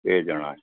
બે જણાં જ